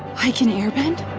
i can airbend?